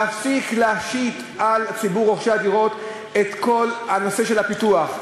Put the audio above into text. להפסיק להשית על ציבור רוכשי הדירות את כל הנושא של הפיתוח.